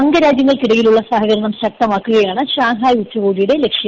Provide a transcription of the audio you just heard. അംഗരാജ്യങ്ങൾക്കിടയിലുള്ള സഹകരണം ശക്തമാക്കുകയാണ് ഷാങ്ഹായ് ഉച്ചുകോടിയുടെ ലക്ഷ്യം